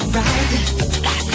right